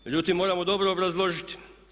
Međutim, moramo dobro obrazložiti.